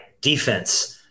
defense